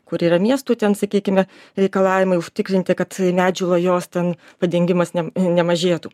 kur yra miestų ten sakykime reikalavimai užtikrinti kad medžių lajos ten padengimas ne nemažėtų